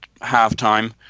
halftime